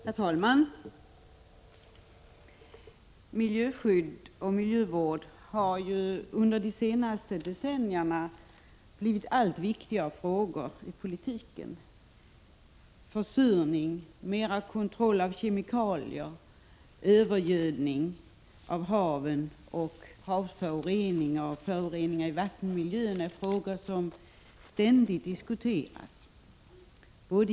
Herr talman! Miljöskydd och miljövård har under de senaste decennierna blivit allt viktigare frågor i politiken. Försurning, mera kontroll av kemikalier, övergödning av haven och föroreningar i hav och vattenmiljön är frågor som ständigt diskuteras.